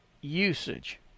usage